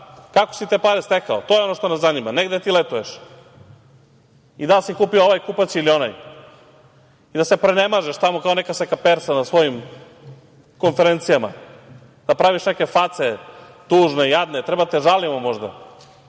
kako si te pare stekao, to je ono što nas zanima, a ne gde ti letuješ i da li si kupio onaj kupaći ili ovaj, i da se prenemažeš tamo kao neka seka persa na svojim konferencijama, da praviš neke face tužne, jadne. Da li treba da te žalimo možda,